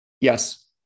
Yes